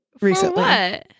recently